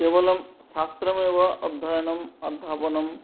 केवलं शास्त्रमेव अध्ययनम् अध्यापनं